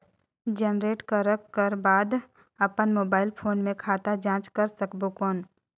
Generate करक कर बाद अपन मोबाइल फोन मे खाता जांच कर सकबो कौन?